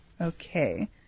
Okay